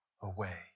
away